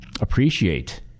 appreciate